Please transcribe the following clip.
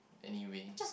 anyway